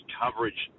coverage